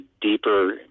deeper